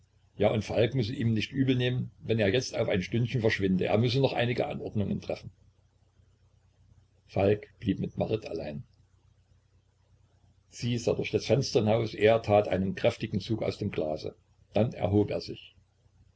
ja und falk müsse ihm nicht übel nehmen wenn er jetzt auf ein stündchen verschwinde er müsse noch einige anordnungen treffen falk blieb mit marit allein sie sah durch das fenster hinaus er tat einen kräftigen zug aus dem glase dann erhob er sich